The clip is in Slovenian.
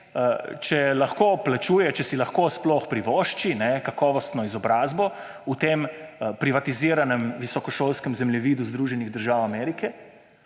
če je študent, če si lahko sploh privošči kakovostno izobrazbo v tem privatiziranem visokošolskem zemljevidu Združenih držav Amerike,